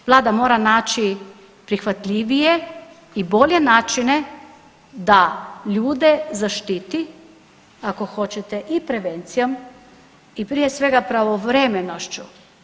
Vlada mora naći prihvatljivije i bolje načine da ljude zaštiti ako hoćete i prevencijom i prije svega pravovremenošću.